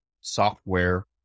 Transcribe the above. software